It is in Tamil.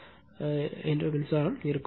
57 மின்சாரம் இருக்கும்